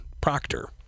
Proctor